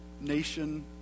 nation